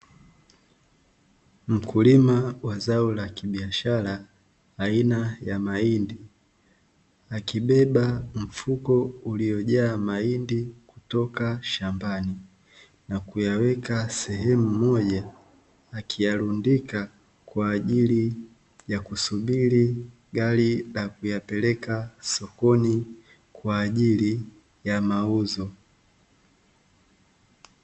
Mkulima wa zao la kibiashara aina ya mahindi, akibeba mfuko uliojaa mahindi kutoka shambani na kuyaweka sehemu mmoja, akiyarundika kwa ajili ya kusubiri gari na kuyapeleka sokoni kwa ajili ya mauzo.